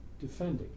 defending